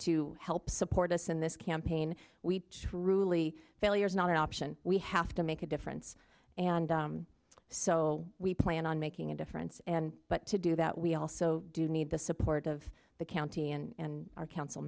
to help support us in this campaign we truly failure is not an option we have to make a difference and so we plan on making a difference and but to do that we also do need the support of the county and our council